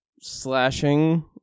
slashing